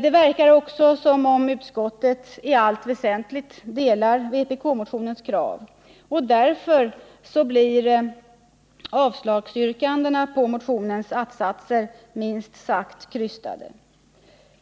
Det verkar också som om utskottet i allt väsentligt instämmer i vpk-motionens krav, och därför blir avstyrkandena på motionens att-satser minst sagt krystade.